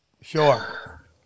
sure